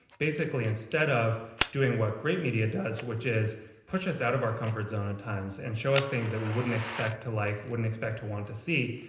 basically, instead of doing what great media does, which is push us out of our comfort zone at times and show us things that we wouldn't expect to like, wouldn't expect to want to see,